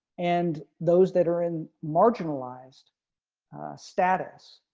and those that are in marginalized status.